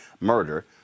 murder